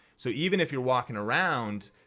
so even if you're walking around,